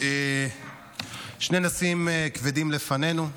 שני נושאים כבדים לפנינו,